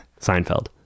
Seinfeld